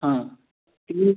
ହଁ ତିନି